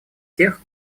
тех